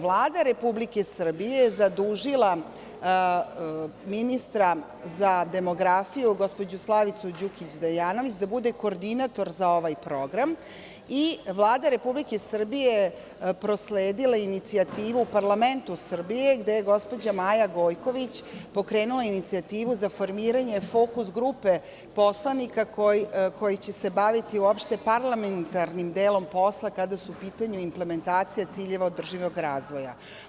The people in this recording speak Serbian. Vlada Republike Srbije je zadužila ministra za demografiju gospođu Slavicu Đukić Dejanović da bude koordinator za ovaj program i Vlada Republike Srbije prosledila je inicijativu parlamentu Srbije gde je gospođa Maja Gojković pokrenula inicijativu za formiranje Fokus grupe poslanika koji će se baviti uopšte parlamentarnim delom posla, kada su u pitanju implementacije ciljeva održivog razvoja.